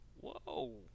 Whoa